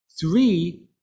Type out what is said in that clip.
Three